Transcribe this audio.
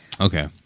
Okay